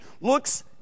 looks